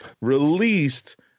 released